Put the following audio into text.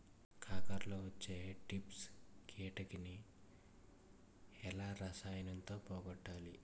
కాకరలో వచ్చే ట్రిప్స్ కిటకని ఏ రసాయనంతో పోగొట్టాలి?